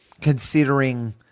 considering